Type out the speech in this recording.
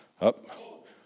Up